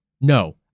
No